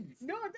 no